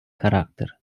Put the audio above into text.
характер